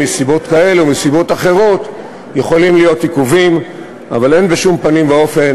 מדינת חוק, מגילת העצמאות, שאין הפרדה.